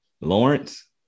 Lawrence